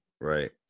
Right